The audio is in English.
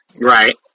Right